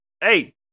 hey